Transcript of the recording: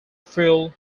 fuel